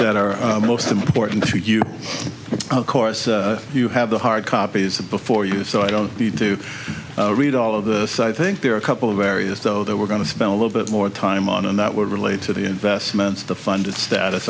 that are most important should you course you have the hard copies of before you so i don't need to read all of this i think there are a couple of areas though that we're going to spend a little bit more time on and that would relate to the investments the funded status